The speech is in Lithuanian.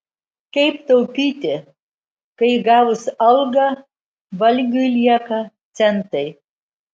kaip taupyti kai gavus algą valgiui lieka centai